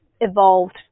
evolved